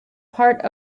part